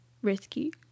risky